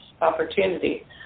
opportunity